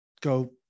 go